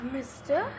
Mister